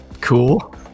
cool